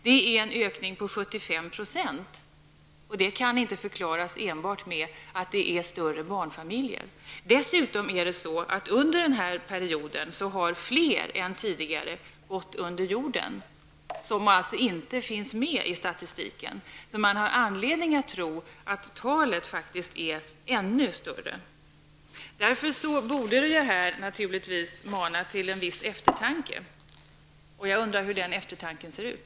Det är en ökning med 75 %, och den kan inte förklaras enbart med att det är fråga om större barnfamiljer. Under perioden har dessutom fler än tidigare gått under jorden och finns alltså inte med i statistiken. Man har således anledning att tro att procenttalet är ännu större. Detta borde mana till en viss eftertanke, och jag undrar hur den eftertanken ser ut.